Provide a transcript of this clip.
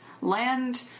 land